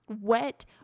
wet